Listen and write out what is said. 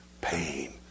Pain